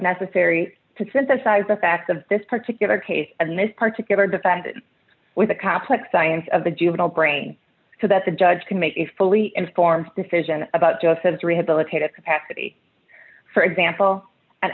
necessary to synthesize the facts of this particular case and this particular defendant with the complex science of the juvenile brain so that the judge can make a fully informed decision about just as rehabilitate a capacity for example an